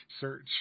search